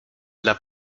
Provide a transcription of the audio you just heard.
dla